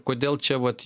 kodėl čia vat